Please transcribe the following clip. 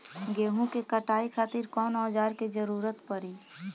गेहूं के कटाई खातिर कौन औजार के जरूरत परी?